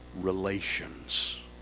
relations